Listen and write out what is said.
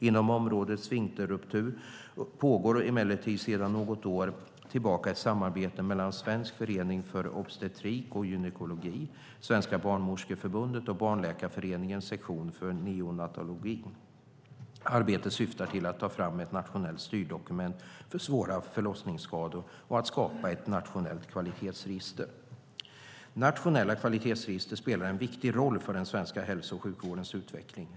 Inom området sfinkterruptur pågår emellertid sedan något år tillbaka ett samarbete mellan Svensk förening för obstetrik och gynekologi , Svenska barnmorskeförbundet och Barnläkarföreningens sektion för neonatologi. Arbetet syftar till att ta fram ett nationellt styrdokument för svåra förlossningsskador och att skapa ett nationellt kvalitetsregister. Nationella kvalitetsregister spelar en viktig roll för den svenska hälso och sjukvårdens utveckling.